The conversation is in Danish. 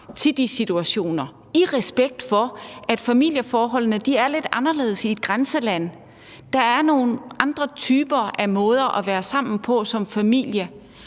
til de situationer, i respekt for at familieforholdene er lidt anderledes i et grænseland? Der er nogle andre typer af måder at være sammen på som familie.